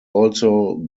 also